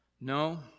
No